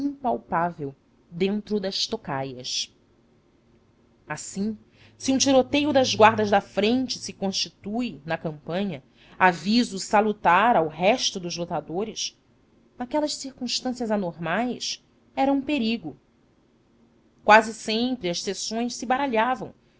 impalpável dentro das tocaias assim se um tiroteio das guardas da frente se constitui na campanha aviso salutar ao resto dos lutadores naquelas circunstâncias anormais era um perigo quase sempre as seções se baralhavam